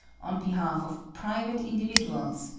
on behalf of private individuals,